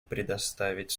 предоставить